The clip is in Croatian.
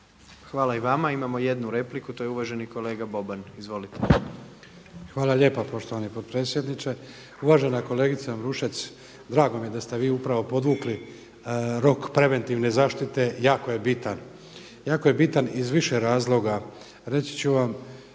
Hvala i vama. Imamo jednu repliku. To je uvaženi kolega Boban. **Boban, Blaženko (HDZ)** Hvala lijepo poštovani potpredsjedniče. Uvažena kolegice Ambrušec, drago mi je da ste vi upravo podvukli rok preventivne zaštite jako je bitan. Jako je bitan iz više razloga. Reći ću vam